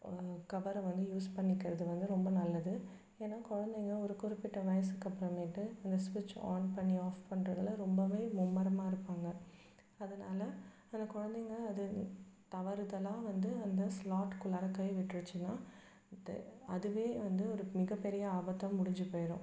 கவரை வந்து யூஸ் பண்ணிக்கிறது வந்து ரொம்ப நல்லது ஏன்னா குழந்தைங்க ஒரு குறிப்பிட்ட வயதுக்கு அப்பறமேட்டு அந்த ஸ்விட்ச் ஆன் பண்ணி ஆஃப் பண்ணுறதுல ரொம்ப மும்மரமாக இருப்பாங்க அதனால அந்த குழந்தைங்க அது தவறுதலாக வந்து அந்த ஸ்லாட்க்குள்ளார கை விட்ருச்சுன்னா அது அதுவே வந்து ஒரு மிகப்பெரிய ஆபத்தாக முடிஞ்சிப் போயிரும்